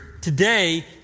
today